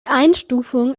einstufung